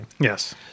Yes